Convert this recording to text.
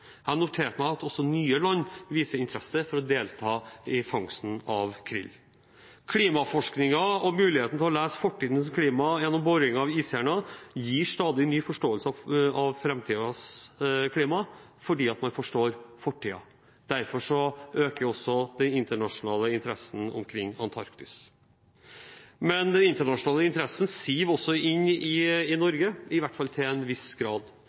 Jeg har også notert meg at nye land viser interesse for å delta i fangsten av krill. Klimaforskningen og muligheten til å lese fortidens klima gjennom boring av iskjerner gir stadig ny forståelse av framtidens klima, fordi man forstår fortiden. Derfor øker også den internasjonale interessen omkring Antarktis. Men den internasjonale interessen siver også inn i Norge, i hvert fall til en viss grad.